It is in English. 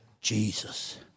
Jesus